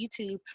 YouTube